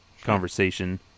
conversation